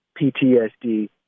PTSD